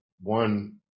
One